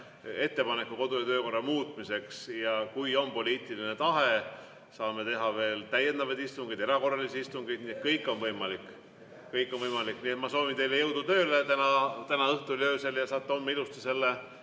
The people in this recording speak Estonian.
ettepaneku kodu‑ ja töökorra muutmiseks. Kui on poliitiline tahe, siis saame teha veel täiendavaid istungeid, erakorralisi istungeid, nii et kõik on võimalik, kõik on võimalik. Nii et ma soovin teile jõudu tööle täna õhtul ja öösel ning saate homme ilusti selle